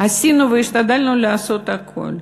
עשינו והשתדלנו לעשות הכול,